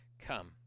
come